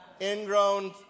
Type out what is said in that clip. ingrown